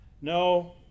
no